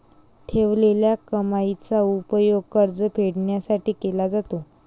ठेवलेल्या कमाईचा उपयोग कर्ज फेडण्यासाठी केला जातो